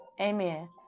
amen